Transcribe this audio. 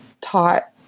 taught